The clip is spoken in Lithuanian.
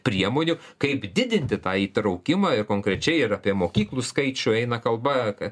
priemonių kaip didinti tą įtraukimą ir konkrečiai ir apie mokyklų skaičių eina kalba kad